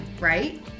right